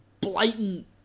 blatant